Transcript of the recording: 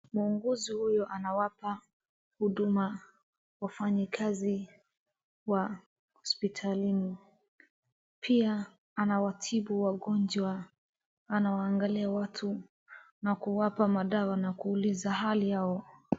Muuguzi huyo anawapa huduma wafanyikazi wa hospitalini. Pia anawatibu wagonjwa, anawaangalia watu na kuwapa madawa na kuwauliza hali yao.